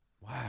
Wow